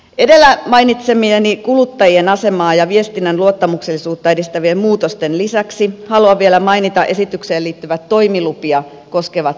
edellä mainitsemieni kuluttajien asemaa ja viestinnän luottamuksellisuutta edistävien muutosten lisäksi haluan vielä mainita esitykseen liittyvät toimilupia koskevat ehdotukset